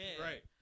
Right